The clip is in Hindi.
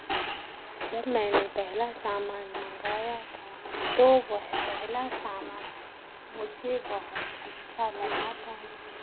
जब मैंने पहला सामान मंगाया था तो वह पहला सामान मुझे बहुत अच्छा लगा था